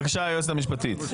בבקשה, היועצת המשפטית.